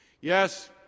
Yes